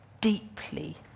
deeply